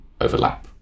overlap